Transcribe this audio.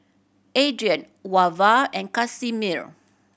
Adrien Wava and Casimir